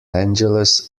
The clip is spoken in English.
angeles